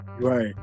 Right